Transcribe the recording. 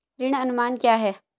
ऋण अनुमान क्या है?